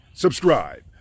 Subscribe